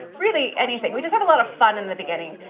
really anything. we just have a lot of fun in the beginning,